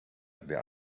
wer